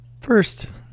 first